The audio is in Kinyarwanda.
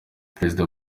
perezida